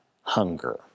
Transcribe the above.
hunger